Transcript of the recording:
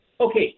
Okay